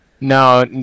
No